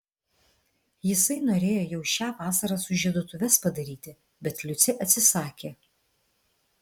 jisai norėjo jau šią vasarą sužieduotuves padaryti bet liucė atsisakė